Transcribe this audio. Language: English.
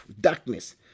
Darkness